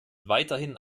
weiterhin